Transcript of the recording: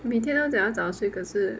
每天都要早睡可是